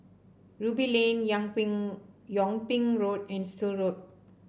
Ruby Lane Yang Ping Yung Ping Road and Still Road